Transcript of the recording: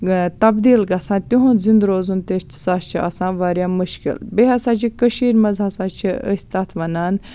تَبدیٖل گَژھان تِہُنٛد زِنٛدٕ روزُن تہِ ہسا چھُ واریاہ مُشکِل بیٚیہِ ہسا چھِ کٔشیٖرِ منٛز ہسا چھِ أسۍ تَتھ وَنان